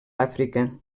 àfrica